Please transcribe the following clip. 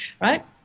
right